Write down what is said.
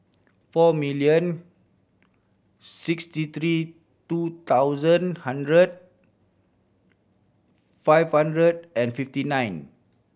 four million sixty three two thousand hundred five hundred and fifty nine